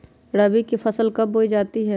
रबी की फसल कब बोई जाती है?